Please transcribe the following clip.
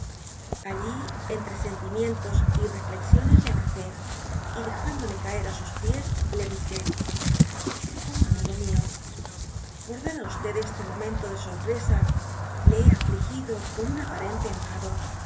alli entre sentimie to y reflexiones k abrasé y dejaioiqe caer a sus pies le dijie oh amigo mió por dar á este itizedby google momento de sorpresa le hé afligido con un aparente enfado